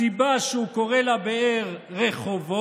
הסיבה שהוא קורא לבאר "רחובות"?